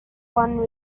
one